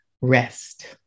rest